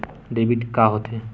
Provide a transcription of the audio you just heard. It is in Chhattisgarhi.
डेबिट का होथे?